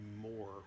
more